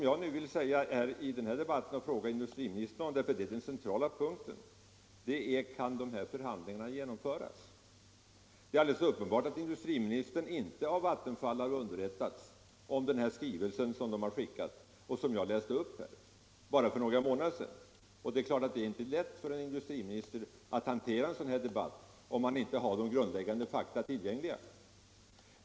Jag vill i denna debatt fråga industriministern — detta är den centrala punkten — om dessa förhandlingar kan genomföras. Det är uppenbart att industriministern inte har underrättats av Vattenfall om den skrivelse som Vattenfall för några månader sedan skickade till Huddinge kommun och som jag läste upp. Det är klart att det inte är lätt för en industriminister att föra en sådan här debatt om han inte har grundläggande fakta tillgängliga.